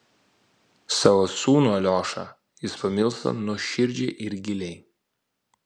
savo sūnų aliošą jis pamilsta nuoširdžiai ir giliai